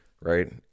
right